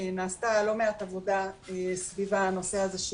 נעשתה לא מעט עבודה סביב הנושא הזה,